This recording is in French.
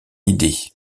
idée